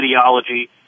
ideology